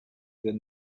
the